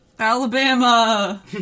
Alabama